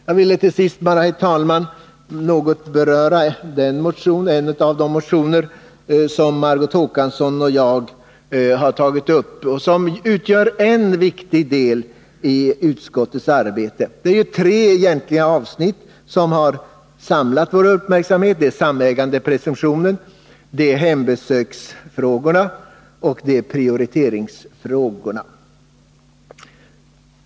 Jag vill till sist bara, herr talman, något beröra en av de motioner som Margot Håkansson och jag lagt fram och som utgör en viktig del i utskottets arbete. Det är egentligen tre avsnitt som har samlat vår uppmärksamhet: samägandepresumtionen, hembesöksfrågorna och prioriteringsfrågorna.